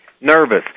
nervous